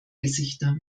gesichter